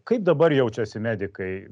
kaip dabar jaučiasi medikai